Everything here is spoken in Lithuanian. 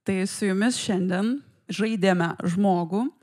tai su jumis šiandien žaidėme žmogų